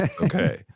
Okay